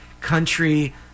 country